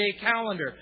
calendar